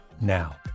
now